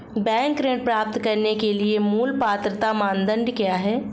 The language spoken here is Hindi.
बैंक ऋण प्राप्त करने के लिए मूल पात्रता मानदंड क्या हैं?